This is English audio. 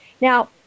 Now